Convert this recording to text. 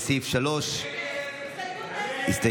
לסעיף 3. הצבעה.